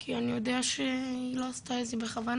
כי אני יודע שהיא לא עשתה את זה בכוונה,